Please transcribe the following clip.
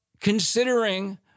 considering